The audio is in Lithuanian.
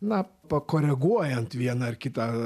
na pakoreguojant vieną ar kitą